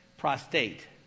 prostate